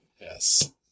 Yes